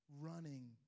running